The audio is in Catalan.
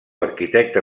arquitecte